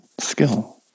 skill